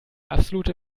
absolute